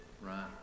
Right